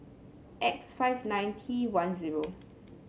X five nine T one zero